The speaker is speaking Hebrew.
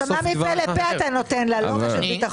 הנשמה מפה לפה אתה נותן לה, לא רק רשת ביטחון.